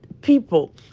people